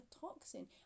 toxin